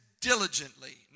diligently